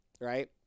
right